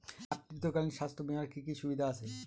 মাতৃত্বকালীন স্বাস্থ্য বীমার কি কি সুবিধে আছে?